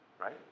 right